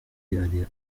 ari